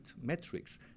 metrics